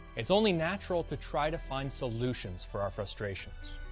it's only natural to try to find solutions for our frustrations.